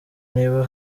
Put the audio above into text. niba